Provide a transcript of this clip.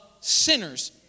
sinners